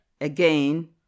again